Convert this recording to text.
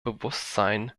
bewusstsein